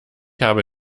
habe